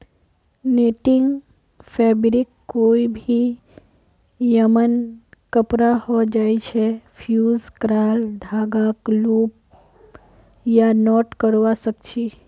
netting fabric कोई भी यममन कपड़ा छ जैइछा फ़्यूज़ क्राल धागाक लूप या नॉट करव सक छी